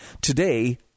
Today